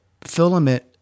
filament